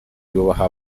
yubaha